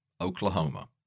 Oklahoma